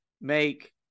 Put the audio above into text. make –